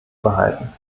behalten